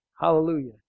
Hallelujah